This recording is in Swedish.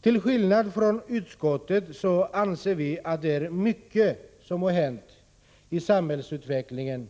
Till skillnad från utskottet anser vi att mycket har hänt i samhällsutvecklingen